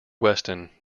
weston